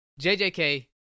JJK